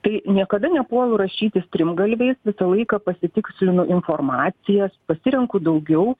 tai niekada nepuolu rašyti strimgalviais visą laiką pasitikslinu informacijas pasirenku daugiau